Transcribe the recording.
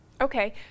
Okay